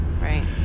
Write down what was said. Right